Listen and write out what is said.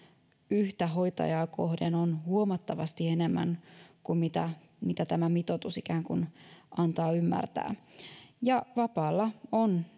yhtä hoitajaa kohden on huomattavasti enemmän vanhuksia kuin mitä tämä mitoitus ikään kuin antaa ymmärtää ja silloin on